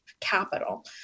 capital